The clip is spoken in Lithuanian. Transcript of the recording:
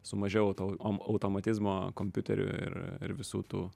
su mažiau to automatizmo kompiuterių ir visų tų